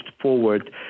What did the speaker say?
forward